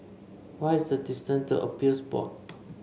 what is the distant to Appeals Board